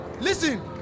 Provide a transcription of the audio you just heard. Listen